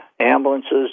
Ambulances